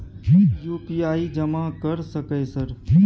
UPI जमा कर सके सर?